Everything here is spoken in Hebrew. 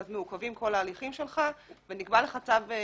מעוכבים כל ההליכים שלך ונקבע לך צו תשלומים.